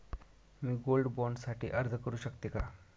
मी gold bond साठी अर्ज करु शकते का?